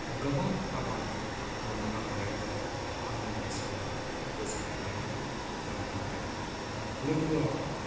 गोबां आबाद मोन्नो हानायजों आंनि गोसोआ गोजोनग्लायनाय मोन्नो हायो लोगोआव